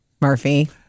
Murphy